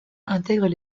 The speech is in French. intègrent